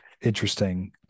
interesting